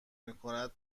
میکند